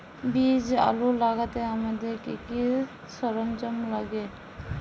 বীজ আলু লাগাতে আমাদের কি কি সরঞ্জাম লাগে?